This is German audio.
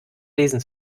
lesen